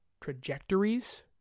trajectories